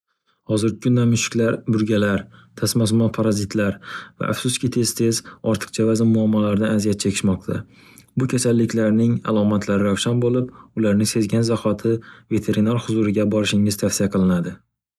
Hozirgi kunda mushiklar burgalar, tasmasmo parazitlar va afsuski tez-tez ortiqcha vazim muammolaridan aziyat chekishmoqda. Bu kasalliklarning alomatlari ravshan bo'lib, ularni sezgan zaqoti veterinar huzuriga borishingiz tavsiya qilinadi.